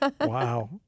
Wow